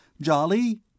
Jolly